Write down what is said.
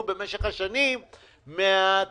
בעל מעטים יהיה בסכום השווה למכפלת